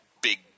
big